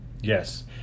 Yes